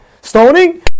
Stoning